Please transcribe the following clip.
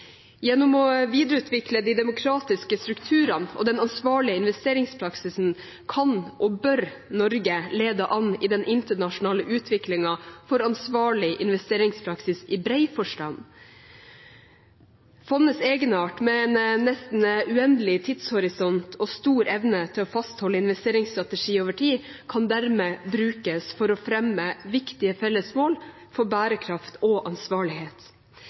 Gjennom å videreutvikle de demokratiske strukturene og den ansvarlige investeringspraksisen kan og bør Norge lede an i den internasjonale utviklingen for ansvarlig investeringspraksis i bred forstand. Fondets egenart, med en nesten uendelig tidshorisont og stor evne til å fastholde en investeringsstrategi over tid, kan dermed brukes for å fremme viktige felles mål for bærekraft og ansvarlighet.